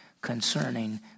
concerning